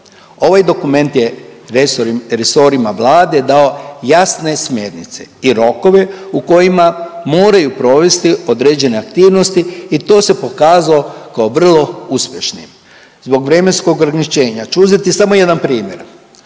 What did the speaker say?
Ovaj dokument je resorima Vlade dao jasne smernice i rokove u kojima moraju provesti određene aktivnosti i to se pokazalo kao vrlo uspešnim. Zbog vremenskog ograničenja ću uzeti samo jedan primjer,